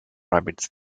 rabbits